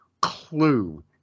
clue